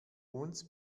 uns